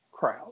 crowd